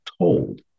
told